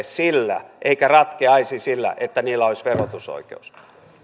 sillä eikä ratkeaisi sillä että niillä olisi verotusoikeus